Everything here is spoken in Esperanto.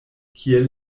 kiel